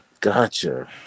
Gotcha